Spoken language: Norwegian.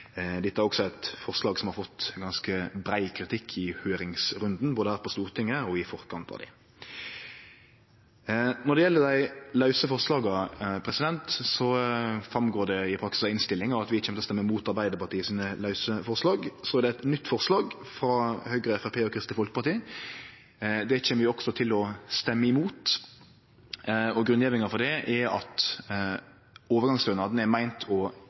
Dette er også eit forslag som har fått ganske brei kritikk i høyringsrunden, både her på Stortinget og i forkant av det. Når det gjeld dei omdelte forslaga frå Arbeidarpartiet, går det fram i innstillinga at vi kjem til å stemme imot desse. Så er det eit nytt forslag, frå Høgre, Framstegspartiet og Kristeleg Folkeparti. Det kjem vi også til å stemme imot. Grunngjevinga for det er at overgangsstønaden er meint å